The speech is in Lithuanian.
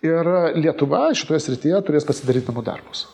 ir lietuva šitoj srityje turės pasidaryt namų darbus